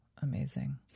Amazing